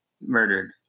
murdered